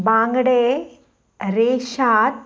बांगडे रेशाद